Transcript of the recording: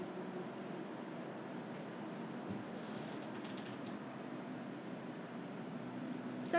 I I must wash it lah I must wash so I maybe next time I should pay attention I should use just water just 用水来洗一下就可以了